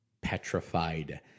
petrified